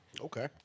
Okay